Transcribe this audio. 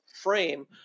frame